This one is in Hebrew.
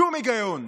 שום היגיון,